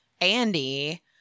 Andy